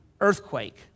earthquake